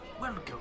Welcome